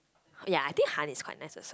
ya I think Han is quite nice also